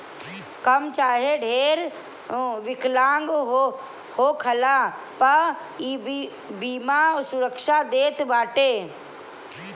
कम चाहे ढेर विकलांग होखला पअ इ बीमा सुरक्षा देत बाटे